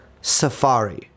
Safari